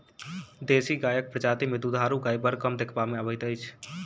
देशी गायक प्रजाति मे दूधारू गाय बड़ कम देखबा मे अबैत अछि